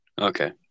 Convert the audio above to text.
okay